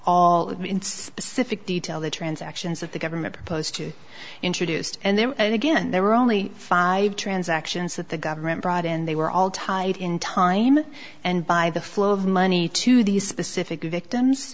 it in specific detail the transactions of the government proposed to introduced and then again there were only five transactions that the government brought in they were all tied in time and by the flow of money to these specific victims